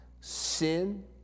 sin